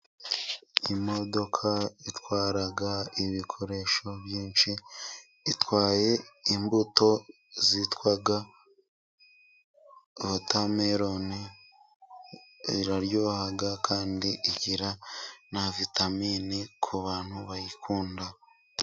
Imodoka itwara ibikoresho byinshi itwaye imbuto zitwa wotameloni ,iraryoha kandi igira na vitaminini ku bantu bayikunda.